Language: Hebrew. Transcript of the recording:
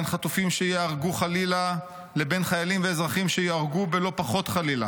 בין חטופים שייהרגו חלילה לבין חיילים ואזרחים שייהרגו בלא פחות חלילה.